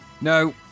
no